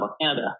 Canada